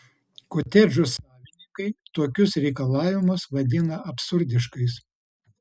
kotedžų savininkai tokius reikalavimus vadina absurdiškais